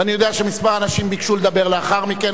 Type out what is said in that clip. ואני יודע שכמה אנשים ביקשו לדבר לאחר מכן,